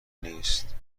نیست